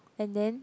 and then